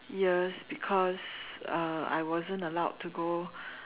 ears because uh I wasn't allowed to go